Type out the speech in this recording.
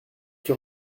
qui